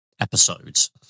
episodes